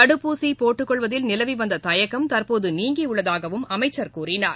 தடுப்பூசிபோட்டுக்கொள்வதில் நிலவிவந்ததயக்கம் தற்போதுநீங்கியுள்ளதாகவும் அமைச்சர் கூறினார்